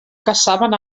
caçaven